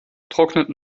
trocknet